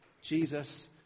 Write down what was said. Jesus